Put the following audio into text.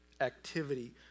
activity